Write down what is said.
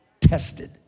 tested